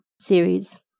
series